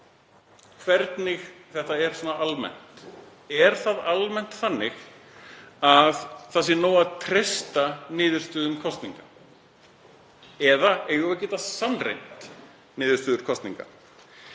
hvernig þetta er svona almennt. Er það almennt þannig að nóg sé að treysta niðurstöðum kosninga eða eigum við að geta sannreynt niðurstöður kosninga?